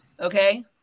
Okay